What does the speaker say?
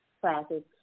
classes